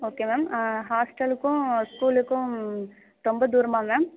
okay ma'am ஹாஸ்ட்டலுக்கும் ஸ்கூலுக்கும் ரொம்ப தூரமா மேம்